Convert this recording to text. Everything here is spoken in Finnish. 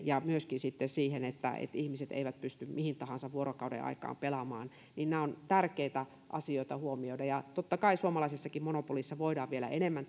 ja myöskin sitten siihen että ihmiset eivät pysty mihin tahansa vuorokaudenaikaan pelaamaan niin nämä ovat tärkeitä asioita huomioida ja totta kai suomalaisessakin monopolissa voidaan vielä enemmän